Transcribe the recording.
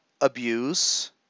abuse